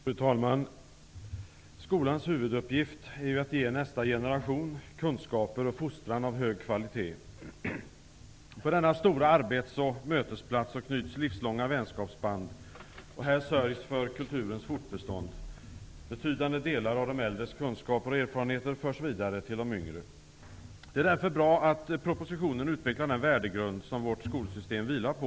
Fru talman! Skolans huvuduppgift är att ge nästa generation kunskaper och fostran av hög kvalitet. På denna stora arbets och mötesplats knyts livslånga vänskapsband, och här sörjs för kulturens fortbestånd. Betydande delar av de äldres kunskaper och erfarenheter förs vidare till de yngre. Det är därför bra att propositionen utvecklar den värdegrund som vårt skolsystem vilar på.